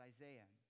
Isaiah